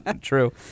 true